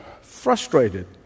frustrated